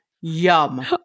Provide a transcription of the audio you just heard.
Yum